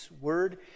word